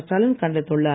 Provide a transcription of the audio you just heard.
ஸ்டாலின் கண்டித்துள்ளார்